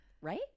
Right